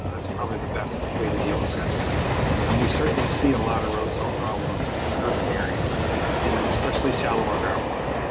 ah it's probably the best way to deal with that but and we certainly see a lot of road salt problems in urban areas and especially shallower ground water.